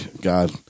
God